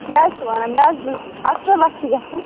کیٛاہ حظ چھُو وَنان مےٚ حظ بوٗز اَکہ تٕرٕہ لَچھ چھِ گژھان